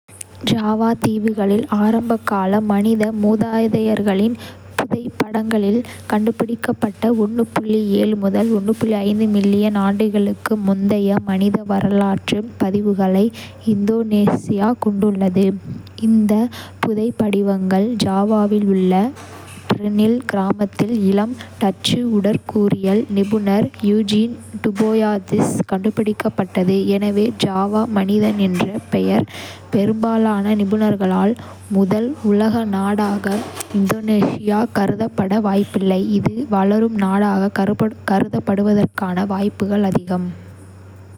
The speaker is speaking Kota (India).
ஜாவா தீவுகளில் ஆரம்பகால மனித மூதாதையர்களின் புதைபடிவங்கள் கண்டுபிடிக்கப்பட்ட. மில்லியன் ஆண்டுகளுக்கு முந்தைய மனித வரலாற்று பதிவுகளை இந்தோனேசியா கொண்டுள்ளது. இந்த புதைபடிவங்கள் ஜாவாவில் உள்ள டிரினில் கிராமத்தில் இளம் டச்சு உடற்கூறியல் நிபுணர் யூஜின் டுபோயிஸால் கண்டுபிடிக்கப்பட்டது. எனவே ஜாவா மனிதன் என்று பெயர்.பெரும்பாலான 'நிபுணர்களால்' முதல் உலக நாடாக இந்தோனேஷியா கருதப்பட வாய்ப்பில்லை. இது வளரும் நாடாகக் கருதப்படுவதற்கான வாய்ப்புகள் அதிகம்.